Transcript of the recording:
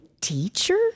teacher